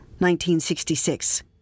1966